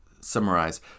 summarize